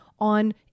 on